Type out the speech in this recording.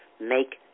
make